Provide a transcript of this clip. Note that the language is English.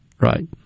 Right